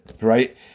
right